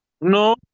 No